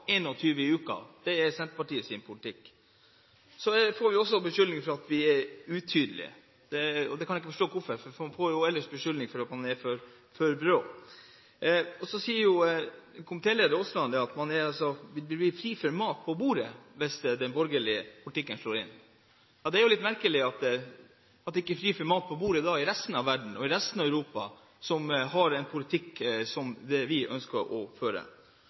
Det er Senterpartiets politikk. Så blir vi også beskyldt for at vi er utydelige. Jeg kan ikke forstå hvorfor, for ellers blir man beskyldt for man er for brå. Så sier komitélederen også at vi blir fri for mat på bordet hvis den borgerlige politikken slår inn. Det er litt merkelig at det ikke er fritt for mat på bordet i resten av verden og i resten av Europa, som har en politikk som vi ønsker å føre.